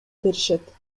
беришет